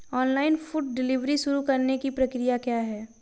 Online food delivery शुरू करने की प्रक्रिया क्या है?